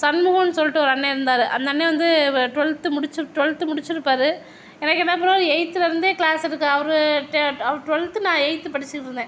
சண்மூகம்ன்னு சொல்லிட்டு ஒரு அண்ணேன் இருந்தார் அந்த அண்ணேன் வந்து டுவெல்த்து முடிச்சு டுவெல்த்து முடிச்சிருப்பார் எனக்கு அதுக்கு அப்புறம் எயித்துலருந்தே கிளாஸுக்கு அவர் டுவெல்த்து நான் எயித்து படிச்சிகிட்டு இருந்தேன்